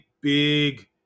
big